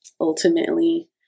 ultimately